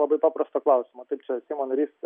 labai paprasto klausimo kaip čia seimo narys